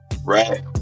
Right